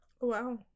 Wow